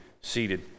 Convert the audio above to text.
seated